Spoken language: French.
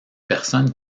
personne